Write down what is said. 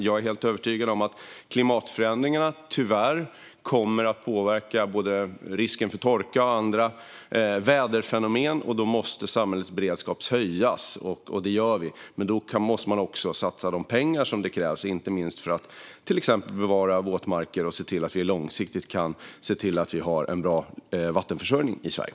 Jag är helt övertygad om att klimatförändringarna tyvärr kommer att påverka både risken för torka och andra väderfenomen, och då måste samhällets beredskap höjas. Och det gör den, men då måste man också satsa de pengar som krävs - inte minst för att till exempel bevara våtmarker och se till att vi långsiktigt har en bra vattenförsörjning i Sverige.